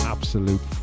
Absolute